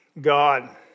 God